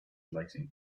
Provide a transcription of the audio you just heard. lighting